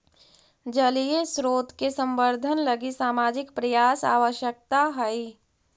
जलीय स्रोत के संवर्धन लगी सामाजिक प्रयास आवश्कता हई